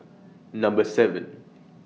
Number seven